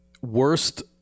worst